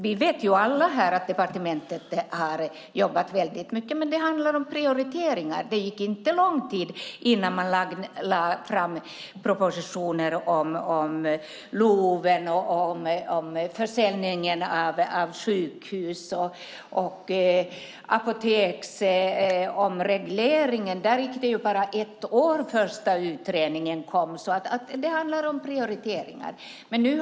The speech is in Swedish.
Vi vet ju att departementet har jobbat väldigt mycket, men det handlar om prioriteringar. Det tog inte lång tid innan man lade fram propositioner om LOV och försäljning av sjukhus. Den första utredningen om apoteksomregleringen kom efter bara ett år. Det handlar om prioriteringar.